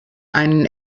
einen